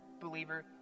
believer